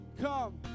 come